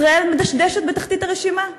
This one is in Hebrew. ישראל מדשדשת בתחתית הרשימה.